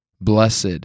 Blessed